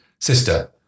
sister